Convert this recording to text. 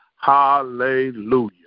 hallelujah